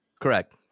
Correct